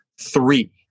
three